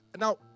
Now